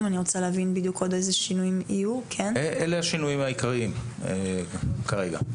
אלה השינויים העיקריים כרגע.